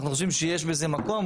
אנחנו חושבים שיש לזה מקום,